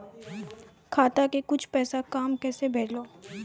खाता के कुछ पैसा काम कैसा भेलौ?